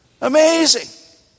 Amazing